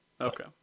Okay